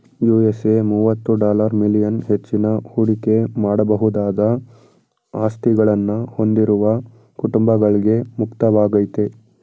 USA ಮುವತ್ತು dollar million ಹೆಚ್ಚಿನ ಹೂಡಿಕೆ ಮಾಡಬಹುದಾದ ಆಸ್ತಿಗಳನ್ನ ಹೊಂದಿರುವ ಕುಟುಂಬಗಳ್ಗೆ ಮುಕ್ತವಾಗೈತೆ